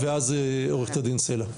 בקשה.